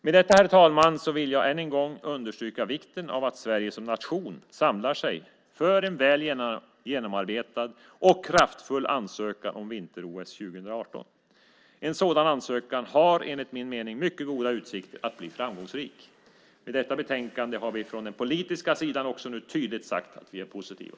Med detta, herr talman, vill jag än en gång understryka vikten av att Sverige som nation samlar sig för en väl genomarbetad och kraftfull ansökan om vinter-OS 2018. En sådan ansökan har enligt min mening mycket goda utsikter att bli framgångsrik. Med detta betänkande har vi från den politiska sidan också tydligt sagt att vi är positiva.